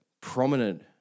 prominent